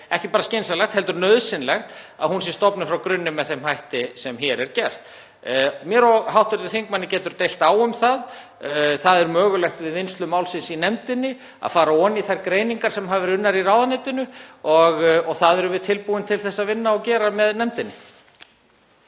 ekki bara skynsamlegt heldur nauðsynlegt, að hún sé stofnuð frá grunni með þeim hætti sem hér er gert. Mig og hv. þingmann getur deilt á um það. Það er mögulegt við vinnslu málsins í nefndinni að fara ofan í þær greiningar sem hafa verið unnar í ráðuneytinu og það erum við tilbúin til að vinna og gera með nefndinni.